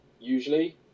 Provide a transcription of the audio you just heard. usually